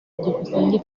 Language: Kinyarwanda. byukusenge